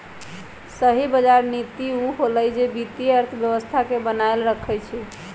सही बजार नीति उ होअलई जे वित्तीय अर्थव्यवस्था के बनाएल रखई छई